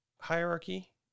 hierarchy